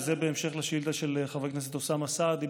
וזה בהמשך לשאילתה של חבר הכנסת אוסאמה סעדי,